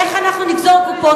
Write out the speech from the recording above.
איך אנחנו נגזור קופון?